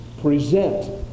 present